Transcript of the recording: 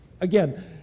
again